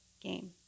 game